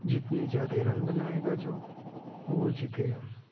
जीतने ज़्यादा रन बनाएगा जो वह जीतेगा